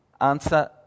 Answer